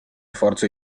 forze